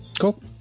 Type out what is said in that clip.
cool